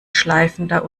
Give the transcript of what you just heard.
schleifender